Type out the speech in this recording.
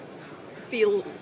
feel